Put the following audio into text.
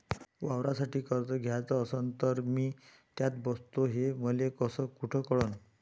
वावरासाठी कर्ज घ्याचं असन तर मी त्यात बसतो हे मले कुठ कळन?